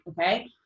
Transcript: okay